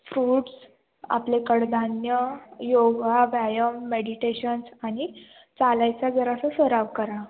fruits आपले कडधान्य योग व्यायाम मेडिटेशन्स आणि चालायचा जरासा सराव करा